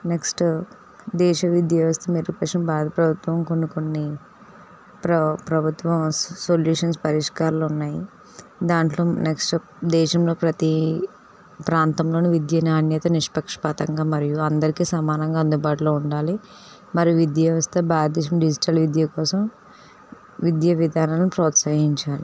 next దేశ విద్యా వ్యవస్థ మెరుగుపరచడం భారత ప్రభుత్వం కొన్ని కొన్ని ప్రభు ప్రభుత్వం సొల్యూషన్స్ పరిస్కారాలున్నాయి దాంట్లో నెక్స్ట్ దేశంలో ప్రతి ప్రాంతంలోని విద్యని నాణ్యతని నిస్పక్షపాతంగా మరియు అందరికీ సమానంగా అందుబాటులో ఉండాలి మరియు విద్యా వ్యవస్థ భారతదేశం డిజిటల్ విద్యకోసం విద్యా విధానాలను ప్రోత్సాహించాలి